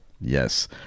Yes